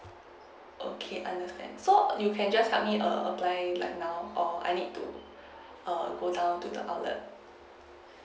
okay understand so you can just help me err apply right now or I need to err go down to the outlet